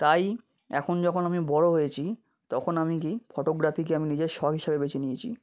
তাই এখন যখন আমি বড়ো হয়েছি তখন আমি কী ফটোগ্রাফিকে আমি নিজের শখ হিসাবে বেছে নিয়েছি